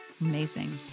Amazing